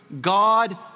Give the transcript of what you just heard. God